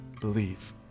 believe